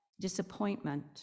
disappointment